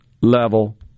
level